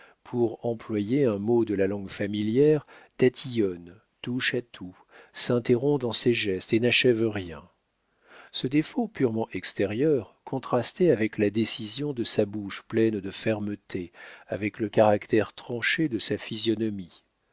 pour employer un mot de la langue familière tatillonne touche à tout s'interrompt dans ses gestes et n'achève rien ce défaut purement extérieur contrastait avec la décision de sa bouche pleine de fermeté avec le caractère tranché de sa physionomie